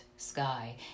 sky